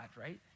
right